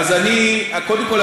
קודם כול,